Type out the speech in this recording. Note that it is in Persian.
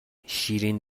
شیرین